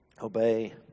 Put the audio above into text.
Obey